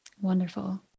Wonderful